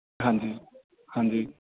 ਹਾਂਜੀ ਹਾਂਜੀ